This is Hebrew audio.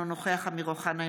אינו נוכח אמיר אוחנה,